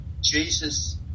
Jesus